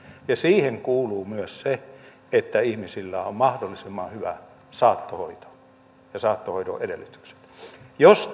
ja siihen kuuluu myös se että ihmisillä on mahdollisimman hyvä saattohoito ja saattohoidon edellytykset jos